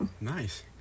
Nice